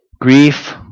Grief